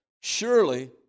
Surely